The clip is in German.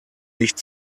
nicht